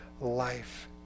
life